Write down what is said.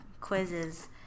quizzes